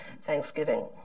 Thanksgiving